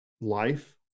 life